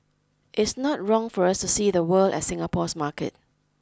it's not wrong for us to see the world as Singapore's market